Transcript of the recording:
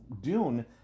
Dune